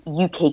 UK